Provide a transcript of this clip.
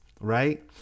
right